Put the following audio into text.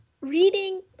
reading